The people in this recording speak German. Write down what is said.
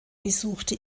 besuchte